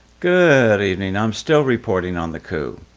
good evening. i'm still reporting on the coup.